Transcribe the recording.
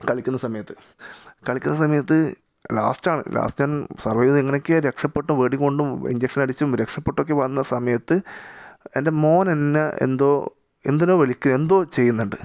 കളിക്കുന്ന സമയത്ത് കളിക്കുന്ന സമയത്ത് ലാസ്റ്റ് ആണ് ലാസ്റ്റ് ഞാൻ സർവൈവ് എങ്ങനെയൊക്കെയോ രക്ഷപെട്ട് വെടികൊണ്ടും ഇഞ്ചക്ഷൻ അടിച്ചും രക്ഷപ്പെട്ടും ഒക്കെ വന്ന സമയത്ത് എൻ്റെ മോൻ എന്നെ എന്തോ എന്തിനോ വിളിക്കുവാണ് എന്തോ ചെയ്യുന്നുണ്ട്